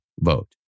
vote